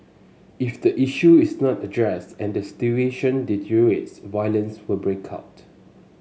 if the issue is not addressed and the situation deteriorates violence will break out